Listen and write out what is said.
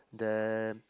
then